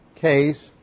case